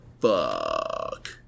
fuck